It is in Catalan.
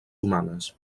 humanes